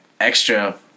extra